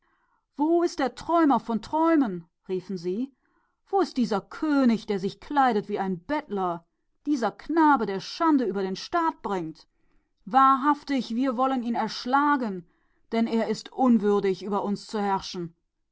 wo ist dieser träumeträumer riefen sie wo ist dieser könig der gekleidet ist wie ein bettler dieser knabe der schande über unseren staat bringt wahrlich wir wollen ihn erschlagen denn er ist unwürdig über uns zu herrschen